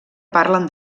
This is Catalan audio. parlen